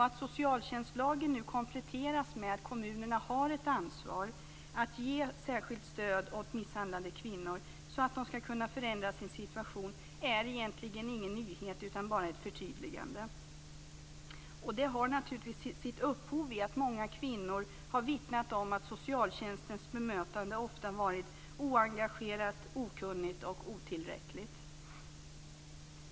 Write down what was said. Att socialtjänstlagen nu kompletteras med att kommunerna har ett ansvar för att ge särskilt stöd åt misshandlade kvinnor, så att de kan förändra sin situation, är egentligen ingen nyhet utan bara ett förtydligande. Det har naturligtvis sitt upphov i att många kvinnor vittnat om att socialtjänstens bemötande ofta har varit oengagerat, okunnigt och otillräckligt.